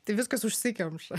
tai viskas užsikemša